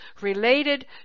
related